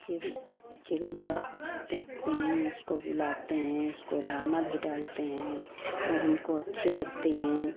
चिड़ी चिड़िया देखते हैं उसको बुलाते हैं उसको दाना भी डालते हैं और हमको अच्छी लगती हैं